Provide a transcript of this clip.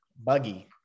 buggy